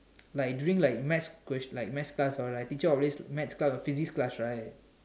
like during like math question like math class all or teacher will always math class or physics class right